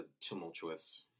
tumultuous